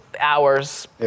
hours